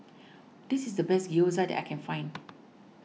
this is the best Gyoza that I can find